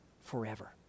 forever